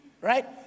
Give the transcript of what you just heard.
Right